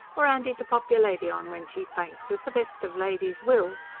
or andy to pop your lady on when she faints as the best of ladies will!